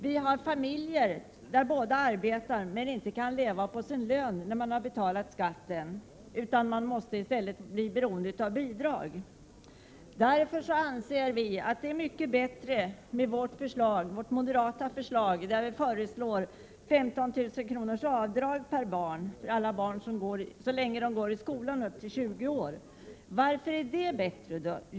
Vi har familjer där båda arbetar men där man trots detta inte kan leva på sin lön sedan man betalat skatten utan i stället måste bli beroende av bidrag. Vi anser det moderata förslaget om 15 000 kr. avdrag per barn för alla barn upp till 20 år så länge de går kvar i skolan vara mycket bättre. Varför är då detta bättre?